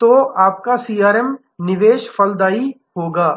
तो आपका सीआरएम निवेश फलदायी होगा